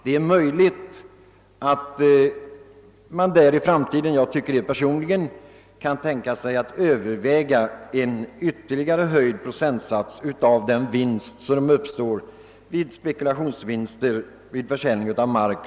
Det är möjligt att man i framtiden — jag anser det personligen — kan överväga en ytterligare höjd procentsats för beskattning av spekulationsvinster vid försäljning av mark.